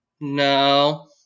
No